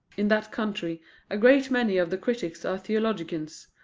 in that country a great many of the critics are theologians,